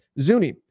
zuni